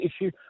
issue